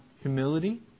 humility